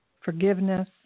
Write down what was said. forgiveness